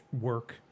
work